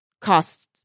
costs